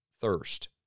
thirst